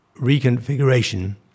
reconfiguration